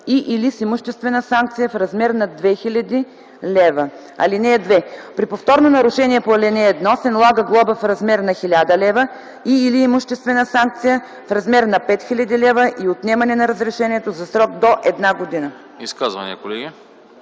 и/или с имуществена санкция в размер на 2000 лв. (2) При повторно нарушение по ал. 1 се налага глоба в размер на 1000 лв. и/или имуществена санкция в размер на 5000 лв. и отнемане на разрешението за срок до една година”.